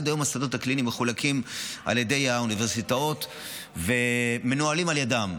עד היום השדות הקליניים מחולקים על ידי האוניברסיטאות ומנוהלים על ידן.